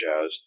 shows